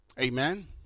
amen